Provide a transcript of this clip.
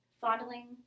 fondling